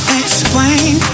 explain